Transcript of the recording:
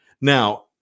Now